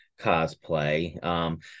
cosplay